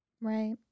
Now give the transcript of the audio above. Right